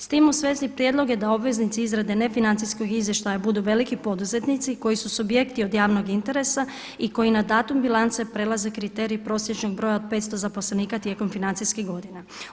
S tim u svezi prijedlog je da obveznici izrade nefinancijskog izvještaja budu veliki poduzetnici koji su subjekti od javnog interesa i koji na datum bilance prijelaze kriterij prosječnog broja od 500 zaposlenika tijekom financijskih godina.